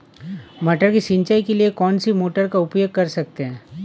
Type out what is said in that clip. मटर की सिंचाई के लिए कौन सी मोटर का उपयोग कर सकते हैं?